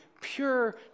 pure